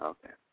Okay